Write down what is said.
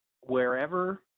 wherever